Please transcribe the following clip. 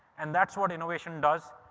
and that's what innovation does.